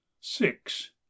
six